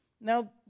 Now